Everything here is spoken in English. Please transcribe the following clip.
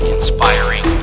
Inspiring